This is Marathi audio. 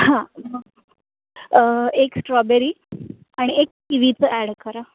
हां मग एक स्ट्रॉबेरी आणि एक किवीचं ॲड करा